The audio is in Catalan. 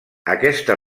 aquesta